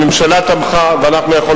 הממשלה תמכה ואנחנו יכולנו לתמוך.